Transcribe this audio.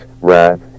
wrath